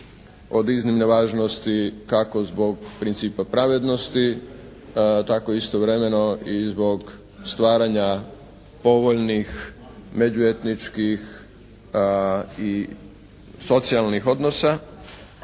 od iznimne važnosti kako zbog principa pravednosti tako istovremeno i zbog stvaranja povoljnih među etničkih i socijalnih odnosa